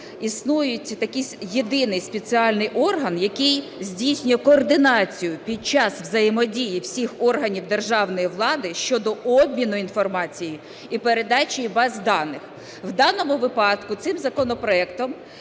існує такий єдиний спеціальний орган, який здійснює координацію під час взаємодії всіх органів державної влади щодо обміну інформацією і передачі баз даних. В даному випадку цим законопроектом,